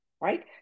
right